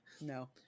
no